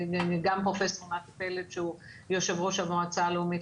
גם פרופ' נתן פלד שהוא יושב ראש המועצה הלאומית